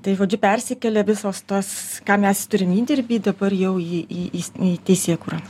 tai žodžiu persikėlia visos tos ką mes turime įdirbį dabar jau jį į į į teisėkūrą